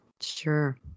Sure